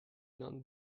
نان